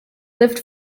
lived